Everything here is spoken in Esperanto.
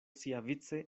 siavice